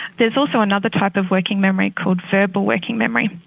there's also another type of working memory called verbal working memory,